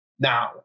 Now